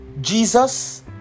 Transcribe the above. Jesus